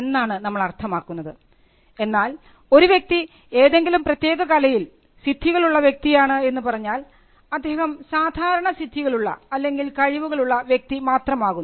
എന്നാൽ ഒരു വ്യക്തി ഏതെങ്കിലും പ്രത്യേക കലയിൽ സിദ്ധികൾ ഉള്ള വ്യക്തിയാണ് എന്ന് പറഞ്ഞാൽ അദ്ദേഹം സാധാരണ സിദ്ധികളുള്ള അല്ലെങ്കിൽ കഴിവുകൾ ഉള്ള വ്യക്തി മാത്രമാകുന്നു